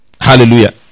Hallelujah